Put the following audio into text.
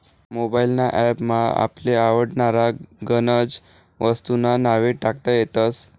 mobile ना app मा आपले आवडनारा गनज वस्तूंस्ना नावे टाकता येतस